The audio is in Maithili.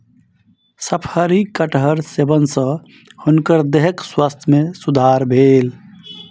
शफरी कटहरक सेवन सॅ हुनकर देहक स्वास्थ्य में सुधार भेल